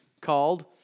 called